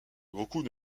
beaucoup